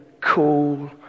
cool